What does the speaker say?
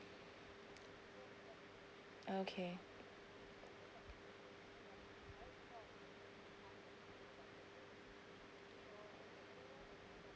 okay